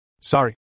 Sorry